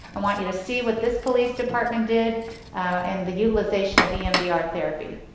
i want you to see what this police department did and the utilization of emdr therapy.